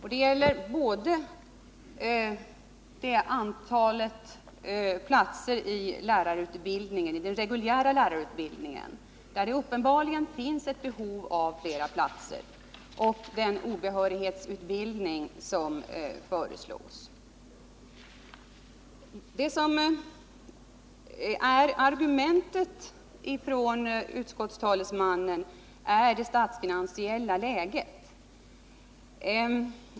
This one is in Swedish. Herr talman! Jag konstaterar att det skiljer i ambitionsnivå mellan socialdemokraterna och den borgerliga majoriteten, både när det gäller antalet platser i den reguljära lärarutbildningen — där det uppenbarligen finns behov av fler platser — och i fråga om antalet platser i den utbildning som föreslås för icke behöriga ämneslärare. Det argument som anförs av utskottets talesman är det statsfinansiella läget.